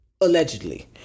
allegedly